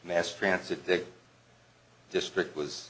mass transit district was